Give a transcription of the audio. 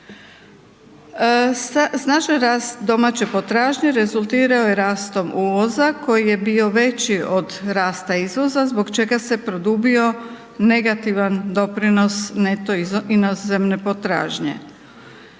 rast domaće potražnje rezultirao je rastom uvoza koji je bio veći od rasta izvoza zbog čega se produbio negativan doprinos neto inozemne potražnje.